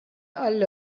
għall